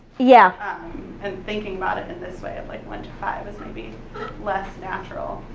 yeah and thinking about it in this way. but one to five is maybe less natural.